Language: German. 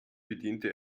bediente